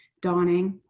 donning,